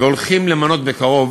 והולכים למנות בקרוב